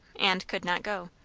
and could not go.